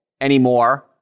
anymore